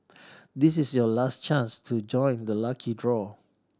this is your last chance to join the lucky draw